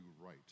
right